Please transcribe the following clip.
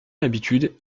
l’habitude